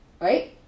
right